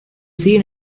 seen